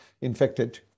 infected